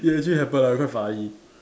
it actually happened lah quite funny